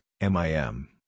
MIM